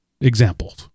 examples